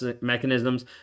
mechanisms